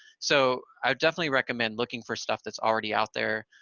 so i definitely recommend looking for stuff that's already out there,